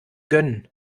gönnen